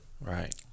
Right